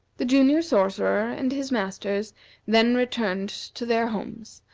the junior sorcerer and his masters then returned to their homes,